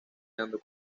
dando